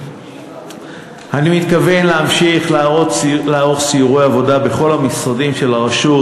אני מתכוון להמשיך לערוך סיורי עבודה בכל המשרדים של הרשות,